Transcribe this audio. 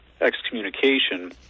excommunication